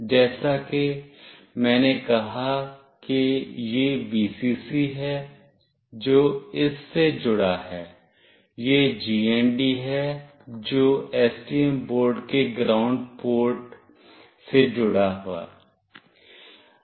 जैसा कि मैंने कहा कि यह Vcc है जो इस से जुड़ा है यह GND है जो STM बोर्ड के ग्राउंड पोर्ट से जुड़ा है